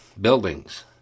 buildings